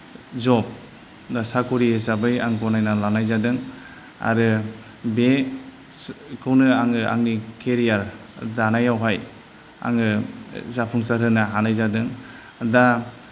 जब बा साकरि हिसाबै आं गनायनानै लानाय जादों आरो बेखौनो आङो आंनि केरियार दानायावहाय आङो जाफुंसार होनो हानाय जादों दा